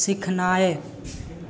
सीखनाइ